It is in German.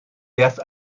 erst